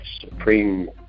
supreme